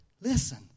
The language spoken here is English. listen